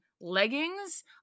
leggings